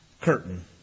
curtain